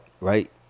right